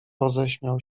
roześmiał